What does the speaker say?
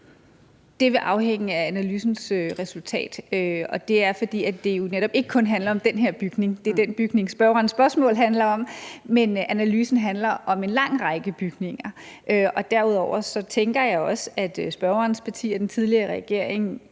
Det vil afhænge af analysens resultat, og det er, fordi det jo netop ikke kun handler om den her bygning. Det er den bygning, spørgerens spørgsmål handler om, men analysen handler om en lang række bygninger. Derudover tænker jeg også, at spørgerens parti og den tidligere regering